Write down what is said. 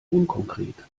unkonkret